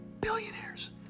Billionaires